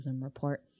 report